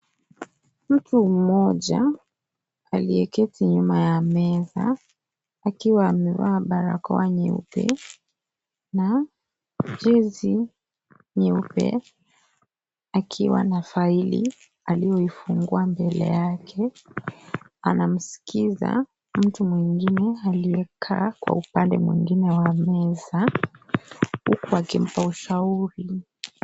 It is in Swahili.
Mtu mmoja aliyeketi nyuma ya meza akiwa amevaa barakoa nyeupe na jezi nyeupe akiwa na faili aliyoifungua mbele yake, anamsikiza mtu mwengine aliyekaa kwa upande mwingine wa meza huku akimpa ushauri.